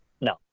No